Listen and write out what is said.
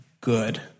good